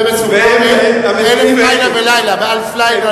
זה מסופר באלף לילה ולילה, באלף לילה ולילה.